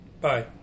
bye